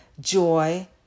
joy